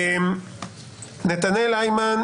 נתנאל היימן,